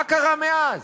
מה קרה מאז?